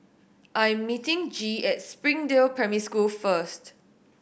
I'm meeting Gee at Springdale Primary School first